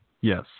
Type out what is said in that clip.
Yes